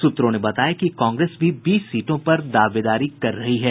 सूत्रों ने बताया कि कांग्रेस भी बीस सीटों पर दावेदारी कर रही है